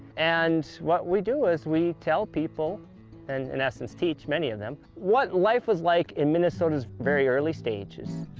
and what we do is we tell people and in essence teach many of them, what life is like in minnesota's very early stages.